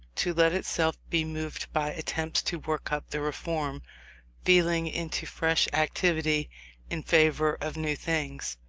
to let itself be moved by attempts to work up the reform feeling into fresh activity in favour of new things.